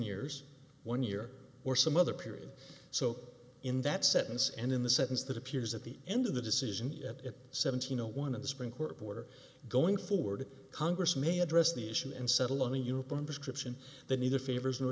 years one year or some other period so in that sentence and in the sentence that appears at the end of the decision at seventeen zero one of the supreme court order going forward congress may address the nation and settle on a uniform description that neither favors nor